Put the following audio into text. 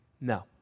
No